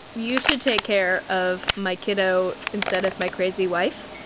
you should take care of my kiddo instead of my crazy wife.